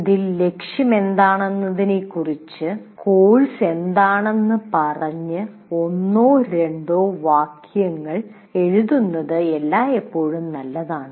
ഇതിന്റെ ലക്ഷ്യമെന്താണെന്നതിനെക്കുറിച്ച് കോഴ്സ് എന്താണെന്ന് പറഞ്ഞ് ഒന്നോ രണ്ടോ വാക്യങ്ങൾ എഴുതുന്നത് എല്ലായ്പ്പോഴും നല്ലതാണ്